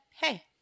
hey